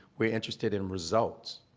we're interested in results.